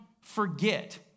forget